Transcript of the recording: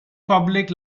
public